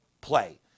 play